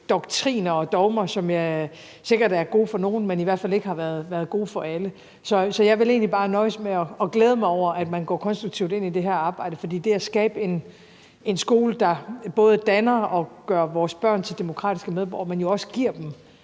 doktriner og dogmer, som sikkert er gode for nogen, men som i hvert fald ikke har været gode for alle. Så jeg vil egentlig bare nøjes med at glæde mig over, at man går konstruktivt ind i det her arbejde, for det at skabe en skole, der både danner og gør vores børn til demokratiske medborgere, men som jo også giver dem